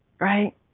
right